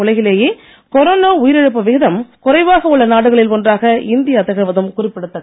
உலகிலேயே கொரோனா உயிர் இழப்பு விகிதம் குறைவாக உள்ள நாடுகளில் ஒன்றாக இந்தியா திகழ்வதும் குறிப்பிடத் தக்கது